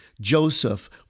Joseph